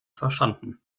verstanden